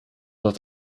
dat